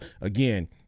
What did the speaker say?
again